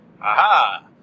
Aha